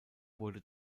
wurde